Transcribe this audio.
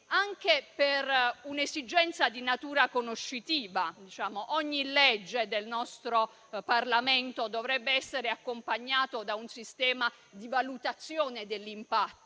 Anche per un'esigenza di natura conoscitiva, infatti, ogni legge del nostro Parlamento dovrebbe essere accompagnata da un sistema di valutazione dell'impatto,